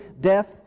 death